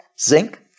zinc